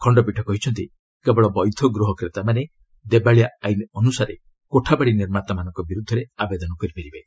ଖଶ୍ତପୀଠ କହିଛନ୍ତି କେବଳ ବୈଧ ଗୃହ କ୍ରେତାମାନେ ଦେବାଳିଆ ଆଇନ୍ ଅନୁସାରେ କୋଠାବାଡି ନିର୍ମାତାମାନଙ୍କ ବିରୁଦ୍ଧରେ ଆବେଦନ କରିପାରିବେ